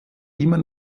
immer